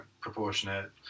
proportionate